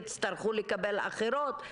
הצטרכו לקבל אחרות.